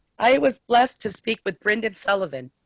i was blessed to speak with brendan sullivan.